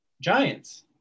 Giants